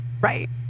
Right